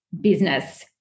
business